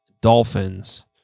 Dolphins